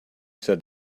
said